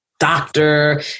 doctor